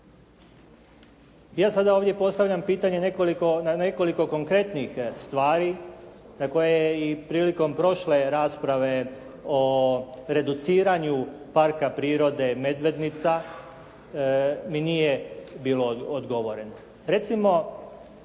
Ja sada ovdje postavljam pitanje na nekoliko konkretnih stvari na koje i prilikom prošle rasprave o reduciranju Parka prirode "Medvednica" mi nije bilo odgovoreno.